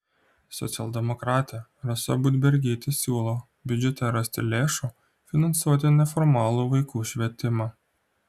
socialdemokratė rasa budbergytė siūlo biudžete rasti lėšų finansuoti neformalų vaikų švietimą